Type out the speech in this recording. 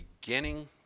beginning